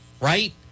right